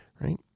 right